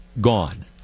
gone